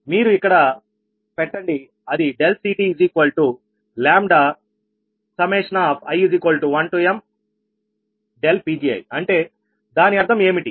మీరు ఇక్కడ పెట్టండి అది CTλi1m Pgi అంటే దాని అర్థం ఏమిటి